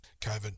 COVID